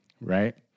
right